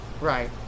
Right